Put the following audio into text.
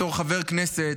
בתור חבר כנסת,